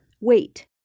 Wait